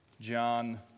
John